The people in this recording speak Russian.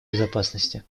безопасности